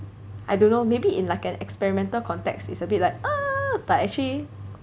I don't know maybe in like an experimental context it's a bit like but actually